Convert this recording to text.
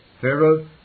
Pharaoh